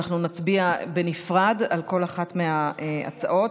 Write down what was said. נצביע בנפרד על כל אחת מההצעות.